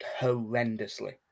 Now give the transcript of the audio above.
horrendously